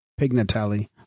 Pignatelli